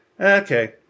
okay